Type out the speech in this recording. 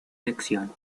lección